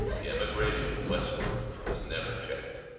the emigration westward was never checked.